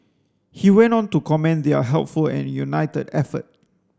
he went on to commend their helpful and united effort